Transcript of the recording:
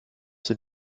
sind